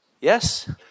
Yes